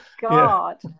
god